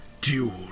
Duel